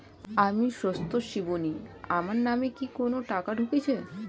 আমি স্রোতস্বিনী, আমার নামে কি কোনো টাকা ঢুকেছে?